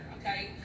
Okay